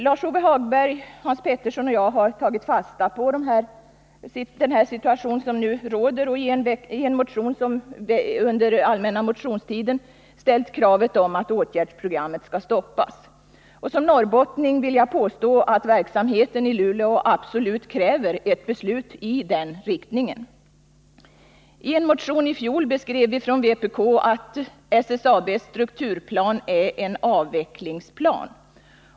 Lars-Ove Hagberg, Hans Petersson och jag har tagit fasta på den situation som nu råder och i en motion väckt under allmänna motionstiden ställt kravet att åtgärdsprogrammet stoppas. Som norrbottning vill jag påstå att verksamheten i Luleå absolut kräver ett beslut i den riktningen. I en motion i fjol sade vpk att ”SSAB:s strukturplan är en avvecklingsplan”.